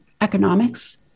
economics